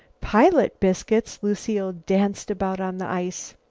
pilot biscuits! lucile danced about on the ice.